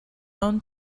own